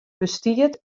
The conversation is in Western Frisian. bestiet